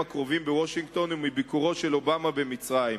הקרובים בוושינגטון ומביקורו של אובמה במצרים.